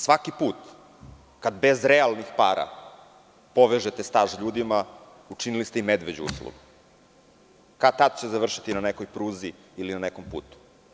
Svaki put kada bez realnih para povežete staž ljudima, učinili ste im medveđu uslugu, kad tad će završiti na nekoj pruzi ili na nekom putu.